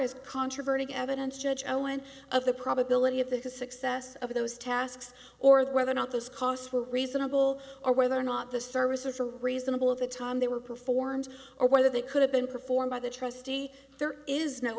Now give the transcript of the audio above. as controverted evidence judge owen of the probability of the success of those tasks or the whether or not those costs were reasonable or whether or not the service was a reasonable of the time they were performed or whether it could have been performed by the trustee there is no